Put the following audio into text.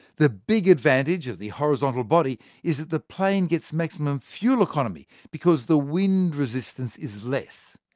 the big advantage of the horizontal body is that the plane gets maximum fuel economy, because the wind resistance is less.